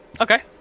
Okay